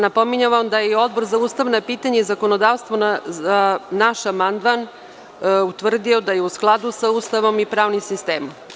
Napominjem da je i Odbor za ustavna pitanja i zakonodavstvo za naš amandman utvrdio da je u skladu sa Ustavom i pravnim sistemom.